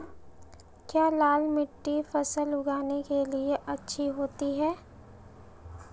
क्या लाल मिट्टी फसल उगाने के लिए अच्छी होती है?